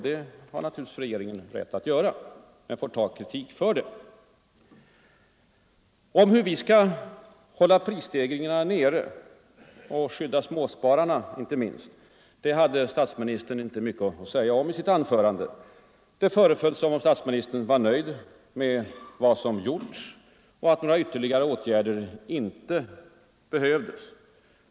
Det har regeringen naturligtvis rätt att göra, men den får ta kritik för det. Om hur vi skall hålla prisstegringarna nere och skydda inte minst småspararna hade statsministern inte mycket att säga i sitt anförande. Det föreföll som om statsministern var nöjd med vad som har gjorts och ansåg att några ytterligare åtgärder inte behövdes.